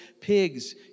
Pigs